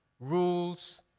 rules